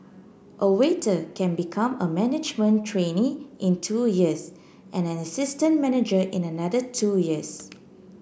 a waiter can become a management trainee in two years and an assistant manager in another two years